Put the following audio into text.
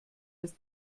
als